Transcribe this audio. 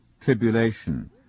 tribulation